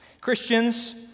Christians